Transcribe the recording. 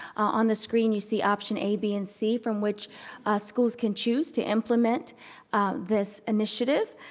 on the screen you see option a, b, and c from which schools can choose to implement this initiative.